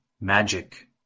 magic